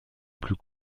plus